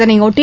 இதனையொட்டி